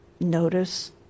Notice